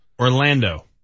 Orlando